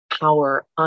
power